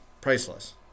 priceless